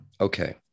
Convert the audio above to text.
Okay